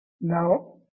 Now